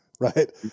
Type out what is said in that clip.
right